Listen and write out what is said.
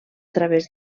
través